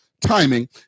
Timing